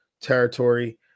territory